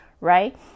right